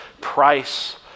price